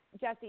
Jesse